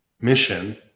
mission